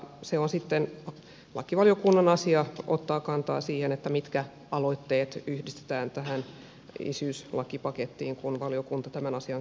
se on sitten lakivaliokunnan asia ottaa kantaa siihen mitkä aloitteet yhdistetään tähän isyyslakipakettiin kun valiokunta tämän asian käsittelee